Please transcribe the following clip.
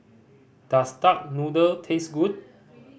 does duck noodle taste good